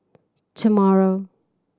tomorrow